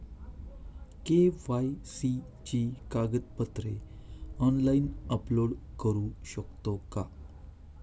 KYC ची कागदपत्रे online upload करू शकतो का?